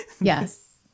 Yes